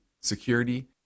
security